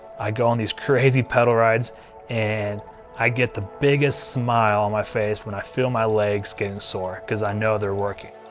i go on these crazy pedal rides and i get the biggest smile on my face when i feel my legs getting sore cause i know they're working.